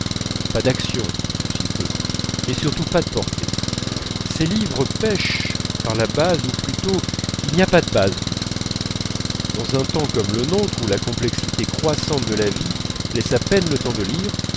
pas d'action ou si peu mais surtout pas de portée ses livres pèchent par la base ou plutôt il n'y a pas de base du tout dans un temps comme le nôtre où la complexité croissante de la vie laisse à peine le temps de lire